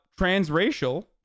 transracial